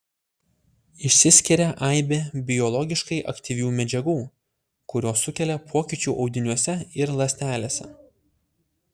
išsiskiria aibė biologiškai aktyvių medžiagų kurios sukelia pokyčių audiniuose ir ląstelėse